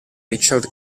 richard